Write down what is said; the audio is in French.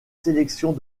sélections